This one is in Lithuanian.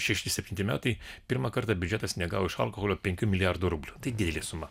šešti septinti metai pirmą kartą biudžetas negavo iš alkoholio penkių milijardų rublių tai didelė suma